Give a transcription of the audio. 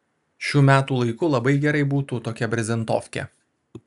šiu metų laiku labai gerai būtų tokia brezentofkė